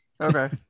Okay